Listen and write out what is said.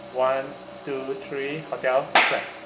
one two three hotel clap